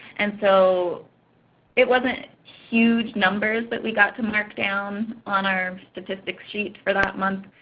and so it wasn't huge numbers that we got to mark down on our statistics sheet for that month,